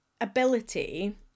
ability